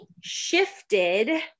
shifted